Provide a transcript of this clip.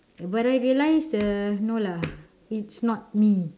but I realize uh no lah it's not me